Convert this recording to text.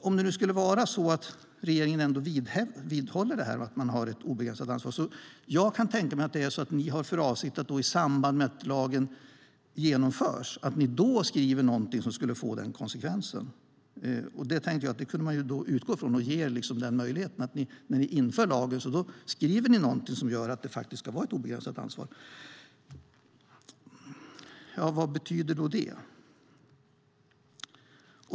Om det skulle vara så att regeringen ändå vidhåller att man har ett obegränsat ansvar kan jag tänka mig att ni har för avsikt att i samband med att lagen genomförs skriva någonting som skulle få den konsekvensen. Det tänkte jag att man kunde utgå ifrån och ge er den möjligheten. När ni inför lagen skriver ni någonting som gör att det faktiskt ska vara ett obegränsat ansvar. Vad betyder då det?